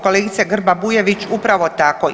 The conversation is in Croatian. Kolegice Grba-Bujević upravo tako.